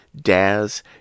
Dazz